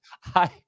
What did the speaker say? hi